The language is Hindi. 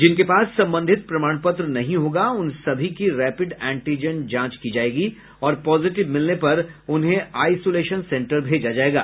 जिनके पास संबंधित प्रमाण पत्र नहीं होगा उन सभी की रैपिड एंटीजन जांच की जायेगी और पॉजिटिव मिलने पर उन्हें आइसोलेशन सेंटर भेजा जायेगा